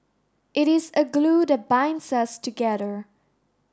it is a glue that binds us together